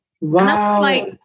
Wow